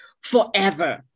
forever